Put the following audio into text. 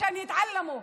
שילמדו,